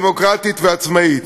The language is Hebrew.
דמוקרטית ועצמאית.